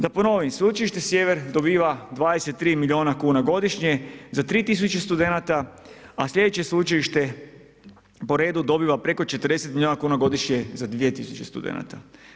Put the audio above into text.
Da ponovim Sveučilište Sjever dobiva 23 milijuna kuna godišnje za 3000 studenata, a sljedeće sveučilište po redu, dobiva preko 40 milijuna kuna godišnje za 2000 studenata.